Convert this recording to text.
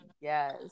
yes